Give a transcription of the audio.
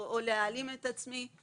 או להעלים את עצמי.